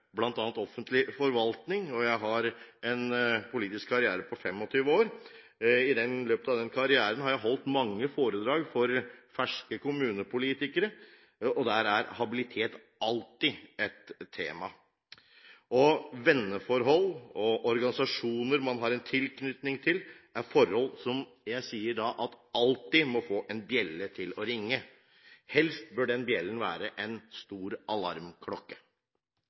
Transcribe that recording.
offentlig forvaltning, og jeg har en politisk karriere på 25 år. I løpet av den karrieren har jeg holdt mange foredrag for ferske kommunepolitikere, og der er habilitet alltid et tema. Venneforhold og organisasjoner man har en tilknytning til, er forhold som jeg sier alltid må få en bjelle til å ringe. Helst bør den bjellen være en stor alarmklokke.